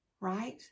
right